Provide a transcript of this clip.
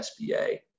SBA